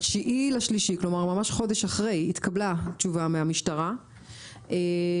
ב-9.3 כלומר ממש חודש אחרי התקבלה תשובה מהמשטרה שהם